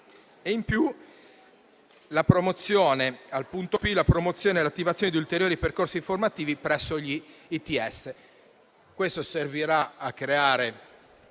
prevede la promozione e l'attivazione di ulteriori percorsi formativi presso gli ITS Academy. Ciò servirà a creare